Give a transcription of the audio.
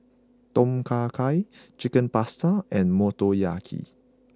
Tom Kha Gai Chicken Pasta and Motoyaki